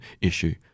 issue